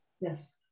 Yes